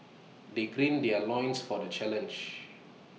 they green their loins for the challenge